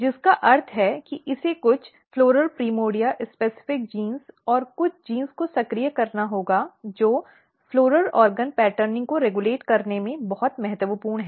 जिसका अर्थ है कि इसे कुछ फ़्लॉरल प्राइमर्डिया विशिष्ट जीन और कुछ जीन को सक्रिय करना होगा जो फ़्लॉरल अंग प्रतिरूप को रेग्यूलेट करने में बहुत महत्वपूर्ण हैं